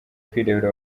kwirebera